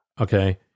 okay